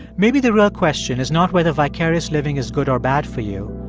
maybe the real question is not whether vicarious living is good or bad for you.